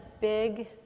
big